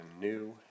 new